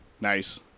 nice